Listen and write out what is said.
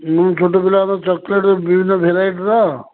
ମୁଁ ଛୋଟ ପିଲାର ଚୋକ୍ଲେଟ୍ ବିଭିନ୍ନ ଭେରାଇଟିର